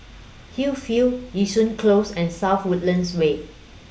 Hillview Yishun Close and South Woodlands Way